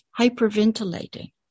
hyperventilating